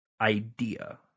idea